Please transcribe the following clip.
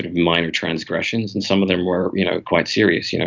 minor transgressions, and some of them were you know quite serious, you know